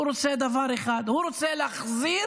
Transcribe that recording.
הוא רוצה דבר אחד: הוא רוצה להחזיר